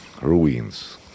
Ruins